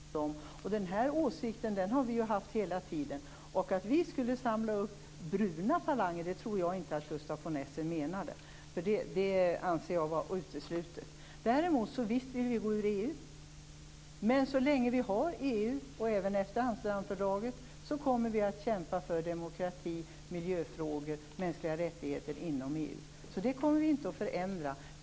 Fru talman! Alla partier samlar ju upp väljare och sympatisörer som tycker lika som de. Den här åsikten har vi haft hela tiden. Att vi skulle samla upp bruna falanger tror jag inte att Gustaf von Essen menade. Det anser jag vara uteslutet. Visst vill vi gå ur EU, men så länge vi har EU och även efter Amsterdamfördraget kommer vi att kämpa för demokrati, miljöfrågor och mänskliga rättigheter inom EU. Det kommer vi inte att förändra.